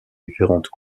différentes